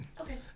Okay